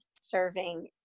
serving